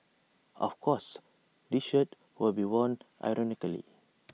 of course this shirt will be worn ironically